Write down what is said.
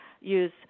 use